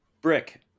Brick